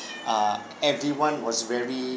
uh everyone was very